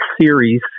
series